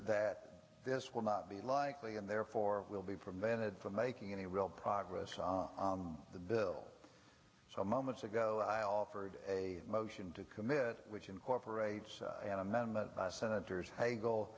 that this will not be likely and therefore will be from then and from making any real progress on the bill so moments ago i offered a motion to commit which incorporates an amendment by senators hagel